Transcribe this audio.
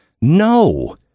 No